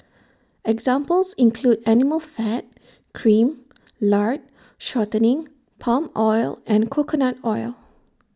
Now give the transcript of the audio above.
examples include animal fat cream lard shortening palm oil and coconut oil